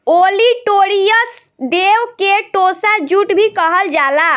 olitorius देव के tossa jute भी कहल जाला